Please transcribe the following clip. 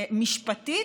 משפטית,